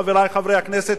חברי חברי הכנסת,